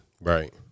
Right